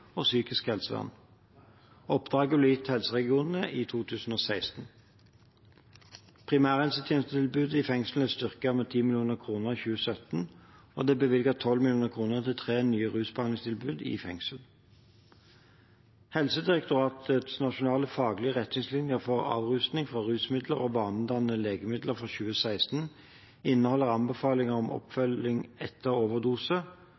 og psykisk helsevern. Oppdraget ble gitt helseregionene i 2016. Primærhelsetjenestetilbudet i fengslene er styrket med 10 mill. kr i 2017, og det er bevilget 12 mill. kr til tre nye rusbehandlingstilbud i fengsel. Helsedirektoratets nasjonale faglige retningslinje for avrusning fra rusmidler og vanedannende legemidler fra 2016 inneholder anbefalinger om oppfølging etter overdose,